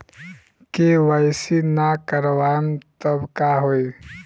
KYC ना करवाएम तब का होई?